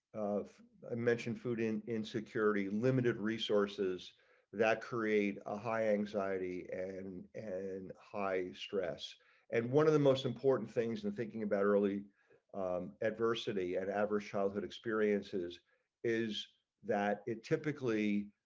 of ah mention food and insecurity limited resources that create a high anxiety and and high stress and one of the most important things and thinking about early adversity and adverse childhood experiences is that it typically